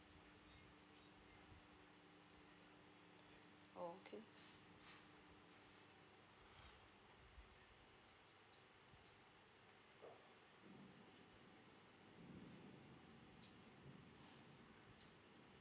oh okay